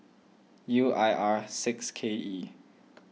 U I R six K E